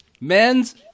Men's